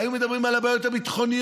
היו מדברים על הבעיות הביטחוניות,